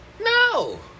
No